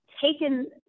taken